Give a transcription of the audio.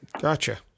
Gotcha